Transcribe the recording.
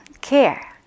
care